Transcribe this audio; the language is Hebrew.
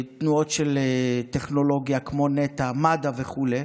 תנועות של טכנולוגיה, כמו נט"ע, מד"א וכו'.